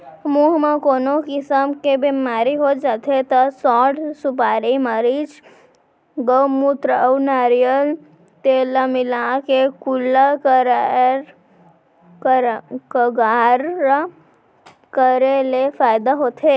मुंह म कोनो किसम के बेमारी हो जाथे त सौंठ, सुपारी, मरीच, गउमूत्र अउ नरियर तेल ल मिलाके कुल्ला गरारा करे ले फायदा होथे